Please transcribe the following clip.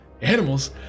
animals